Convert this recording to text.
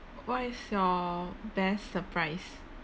what is your best surprise